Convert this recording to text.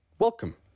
Welcome